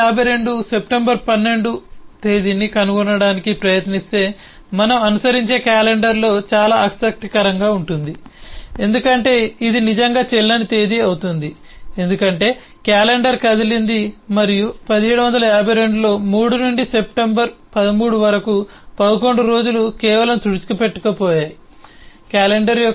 1752 September 12 తేదీని కనుగొనడానికి ప్రయత్నిస్తే మనం అనుసరించే క్యాలెండర్లో చాలా ఆసక్తికరంగా ఉంటుంది ఎందుకంటే ఇది నిజంగా చెల్లని తేదీ అవుతుంది ఎందుకంటే క్యాలెండర్ కదిలింది మరియు 1752 లో 3 నుండి 13 సెప్టెంబర్ వరకు 11 రోజులు కేవలం తుడిచిపెట్టుకుపోయాయి క్యాలెండర్ యొక్క